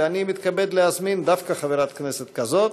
ואני מתכבד להזמין חברת כנסת כזאת,